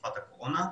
בתקופת הקורונה.